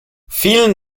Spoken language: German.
vielen